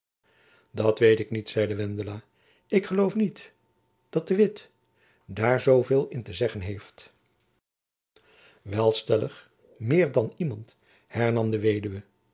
dat weet ik niet zeide wendela ik geloof niet dat de witt daar zoo veel in te zeggen heeft wel stellig meer dan iemand hernam de weduwe